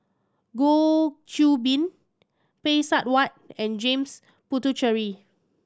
Goh Qiu Bin Phay Seng Whatt and James Puthucheary